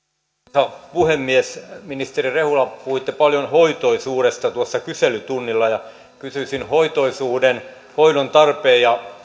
arvoisa puhemies ministeri rehula puhuitte paljon hoitoisuudesta tuossa kyselytunnilla ja kysyisin hoitoisuuden hoidon tarpeen ja